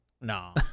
No